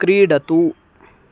क्रीडतु